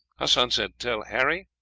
hassan said tell harry,